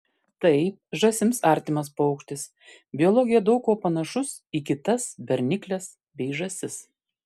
tai žąsims artimas paukštis biologija daug kuo panašus į kitas bernikles bei žąsis